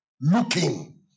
Looking